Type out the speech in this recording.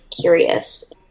curious